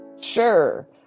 Sure